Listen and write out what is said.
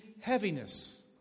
heaviness